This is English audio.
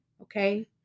Okay